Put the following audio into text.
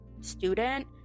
student